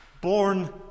Born